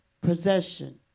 possession